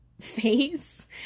face